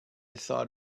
thought